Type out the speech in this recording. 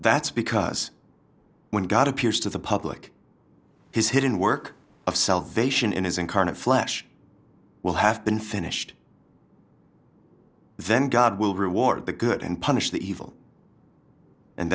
that's because when god appears to the public his hidden work of salvation in his incarnate flesh will have been finished then god will reward the good and punish the evil and